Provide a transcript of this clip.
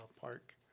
Park